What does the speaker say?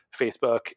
facebook